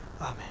Amen